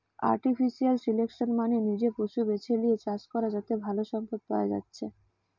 artificial selection মানে নিজে পশু বেছে লিয়ে চাষ করা যাতে ভালো সম্পদ পায়া যাচ্ছে